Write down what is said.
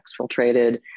exfiltrated